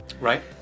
Right